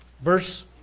verse